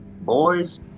boys